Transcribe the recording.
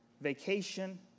vacation